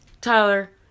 Tyler